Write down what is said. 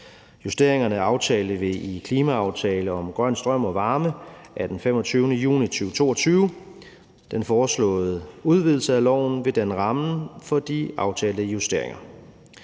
Justeringerne aftalte vi i »Klimaaftale om grøn strøm og varme« af 25. juni 2022. Den foreslåede udvidelse af loven vil danne rammen for de aftalte justeringer.